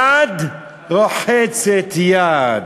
יד רוחצת יד,